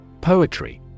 Poetry